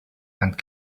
and